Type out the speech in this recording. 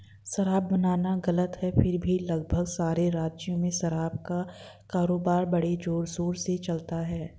शराब बनाना गलत है फिर भी लगभग सारे राज्यों में शराब का कारोबार बड़े जोरशोर से चलता है